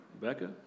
Rebecca